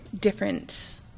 different